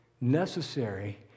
necessary